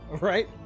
Right